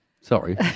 Sorry